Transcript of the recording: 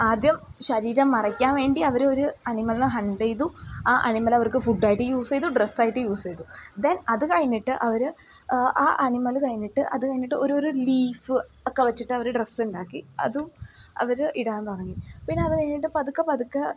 ആദ്യം ശരീരം മറയ്ക്കാൻ വേണ്ടി അവർ ഒരു അനിമലിനെ ഹണ്ട് ചെയ്തു ആ അനിമലെ അവർക്ക് ഫുഡ്ഡായിട്ട് യൂസ് ചെയ്തു ഡ്രസ്സായിട്ട് യൂസ് ചെയ്തു ദെൻ അതു കഴിഞ്ഞിട്ട് അവർ ആ അനിമൽ കഴിഞ്ഞിട്ട് അതു കഴിഞ്ഞിട്ട് ഒരു ഒരു ലീഫ് ഒക്കെ വെച്ചിട്ട് അവർ ഡ്രസ് ഉണ്ടാക്കി അതും അവർ ഇടാൻ തുടങ്ങി പിന്നെ അതു കഴിഞ്ഞിട്ട് പതുക്കെ പതുക്കെ